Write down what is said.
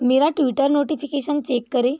मेरा Twitter notification check करें